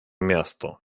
miasto